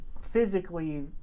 physically